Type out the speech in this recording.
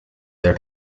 their